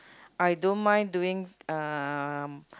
I don't mind doing um